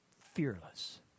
Fearless